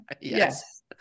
Yes